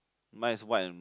mine is white and